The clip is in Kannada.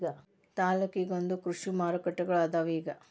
ತಾಲ್ಲೂಕಿಗೊಂದೊಂದ ಕೃಷಿ ಮಾರುಕಟ್ಟೆಗಳು ಅದಾವ ಇಗ